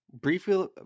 Briefly